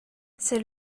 c’est